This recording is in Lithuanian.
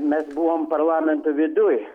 mes buvom parlamento viduj